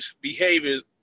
behaviors